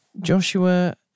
Joshua